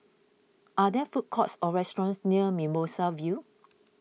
are there food courts or restaurants near Mimosa View